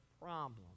problem